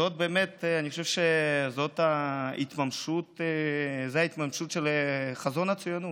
אני חושב שזאת ההתממשות של חזון הציונות.